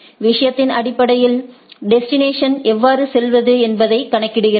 விஷயத்தின் அடிப்படையில் டெஸ்டினேஷன்களுக்கு எவ்வாறு செல்வது என்பதைக் கணக்கிடுகிறது